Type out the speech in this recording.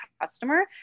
customer